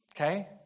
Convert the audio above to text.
Okay